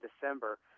December